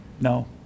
No